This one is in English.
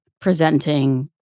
presenting